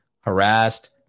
harassed